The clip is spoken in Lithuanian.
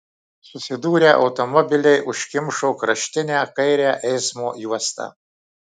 susidūrę automobiliai užkimšo kraštinę kairę eismo juostą